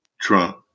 Trump